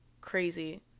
crazy